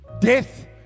Death